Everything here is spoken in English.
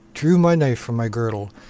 drew my knife from my girdle,